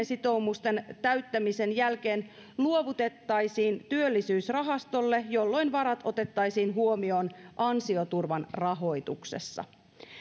sitoumusten täyttämisen jälkeen luovutettaisiin työllisyysrahastolle jolloin varat otettaisiin huomioon ansioturvan rahoituksessa